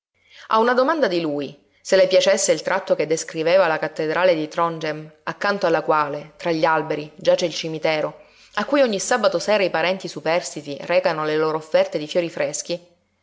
a una domanda di lui se le piacesse il tratto che descriveva la cattedrale di trondhjem accanto alla quale tra gli alberi giace il cimitero a cui ogni sabato sera i parenti superstiti recano le loro offerte di fiori freschi